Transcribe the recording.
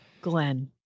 Glenn